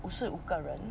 五十五个人